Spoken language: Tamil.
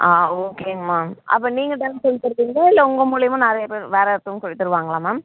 ஆ ஓகேங்க மேம் அப்போ நீங்கள் டான்ஸ் சொல்லி கொடுப்பிங்களா இல்லை உங்கள் மூலயமா நிறைய பேர் வேறு ஒருத்தவங்கள் சொல்லி தருவாங்களா மேம்